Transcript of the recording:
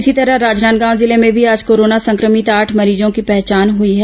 इसी तरह राजनांदगांव जिले में भी आज कोरोना संक्रमित आठ मरीजों की पहचान हुई है